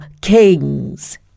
Kings